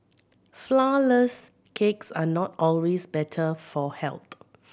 flourless cakes are not always better for health